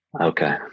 Okay